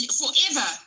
forever